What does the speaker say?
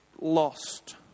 lost